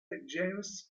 james